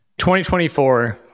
2024